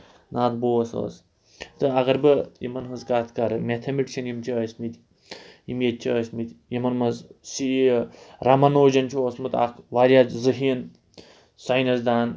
ناتھ بوس اوس تہٕ اگر بہٕ یِمَن ہٕنٛز کَتھ کَرٕ میتھَمیٹِشَن یِم چھِ ٲسۍمٕتۍ یِم ییٚتہِ چھِ ٲسۍمٕتۍ یِمَن منٛز رَمنوجَن چھُ اوسمُت اَکھ واریاہ ذٔہیٖن ساینَس دان